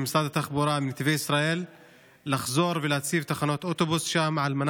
ממשרד התחבורה ונתיבי ישראל היא לחזור להציב שם תחנות על מנת